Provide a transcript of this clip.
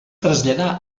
traslladà